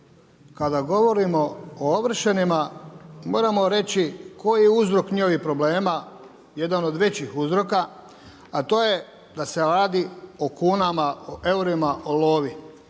Kada govorimo o ovršenima moramo reći koji je uzrok njihovih problema, jedan od većih uzroka, a to je da se radi o kunama, o eurima, o lovi.